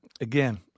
Again